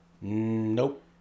Nope